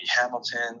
Hamilton